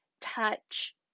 touch